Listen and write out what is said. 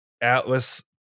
Atlas